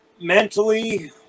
mentally